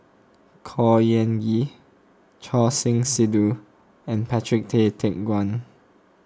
Khor Ean Ghee Choor Singh Sidhu and Patrick Tay Teck Guan